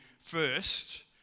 First